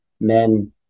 men